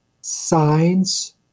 signs